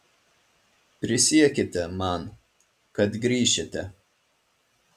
prisiekite man kad grįšite